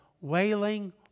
Wailing